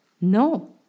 No